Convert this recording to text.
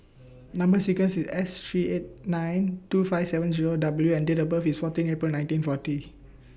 Number sequence IS S three eight nine two five seven Zero W and Date of birth IS fourteen April nineteen forty